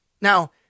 Now